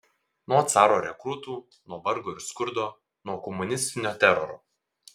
nuo caro rekrūtų nuo vargo ir skurdo nuo komunistinio teroro